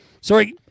Sorry